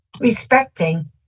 respecting